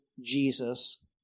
Jesus